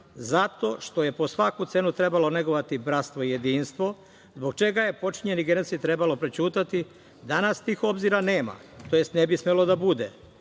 zato što je po svaku cenu trebalo negovati bratstvo i jedinstvo, zbog čega je počinjeni genocid trebalo prećutati? Danas tih obzira nema, tj. ne bi smelo da bude.